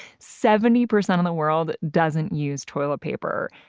seventy percent of the world doesn't use toilet paper.